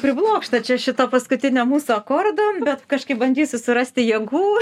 priblokšta čia šito paskutinio mūsų akordo bet kažkaip bandysiu surasti jėgų